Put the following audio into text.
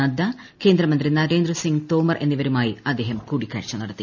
നദ്ദ കേന്ദ്രമന്ത്രി നരേന്ദ്രസിങ്ങ് തോമർ എണ്ണീവരുമായി അദ്ദേഹം കൂടിക്കാഴ്ച നടത്തി